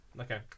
Okay